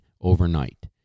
overnight